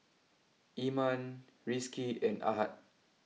Iman Rizqi and Ahad